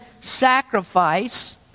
sacrifice